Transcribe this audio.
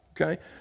Okay